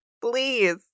Please